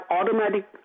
automatic